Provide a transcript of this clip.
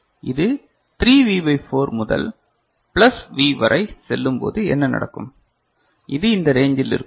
இது 3V by 4 முதல் plus V வரை செல்லும் போது என்ன நடக்கும் இது இந்த ரேஞ்சில் இருக்கும்